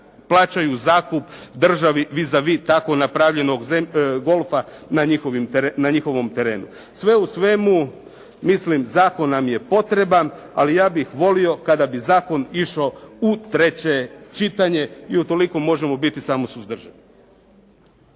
plaćaju zakup državi vis a vis tako napravljenog golfa na njihovom terenu. Sve u svemu, mislim zakon nam je potreban, ali ja bih volio kada bi zakon išao u treće čitanje i utoliko možemo biti samo suzdržani.